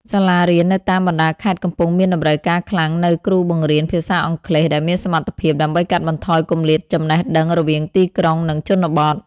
សាលារៀននៅតាមបណ្តាខេត្តកំពុងមានតម្រូវការខ្លាំងនូវគ្រូបង្រៀនភាសាអង់គ្លេសដែលមានសមត្ថភាព ដើម្បីកាត់បន្ថយគម្លាតចំណេះដឹងរវាងទីក្រុង និងជនបទ។